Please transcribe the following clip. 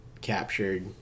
captured